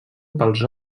pels